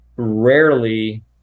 rarely